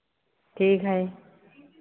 ठीक है